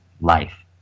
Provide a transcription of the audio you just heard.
life